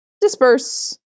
disperse